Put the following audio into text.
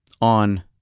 on